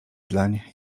dlań